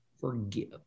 forgive